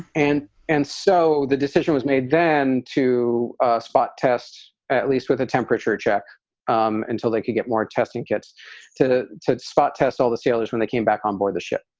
and and so the decision was made then to spot test at least with a temperature check um until they could get more testing, gets to test spot tests. all the sailors, when they came back on board the ship,